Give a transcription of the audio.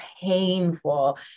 painful